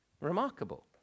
Remarkable